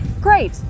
Great